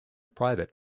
private